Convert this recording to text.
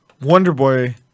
Wonderboy